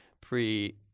pre